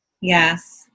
yes